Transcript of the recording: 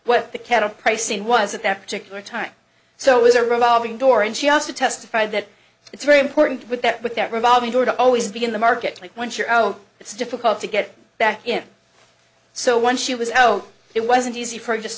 what the cattle pricing was at that particular time so it was a revolving door and she also testified that it's very important with that with that revolving door to always be in the market once you're out it's difficult to get back in so when she was so it wasn't easy for just